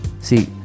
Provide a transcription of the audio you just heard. See